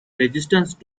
resistance